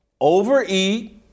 overeat